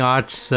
Arts